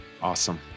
Awesome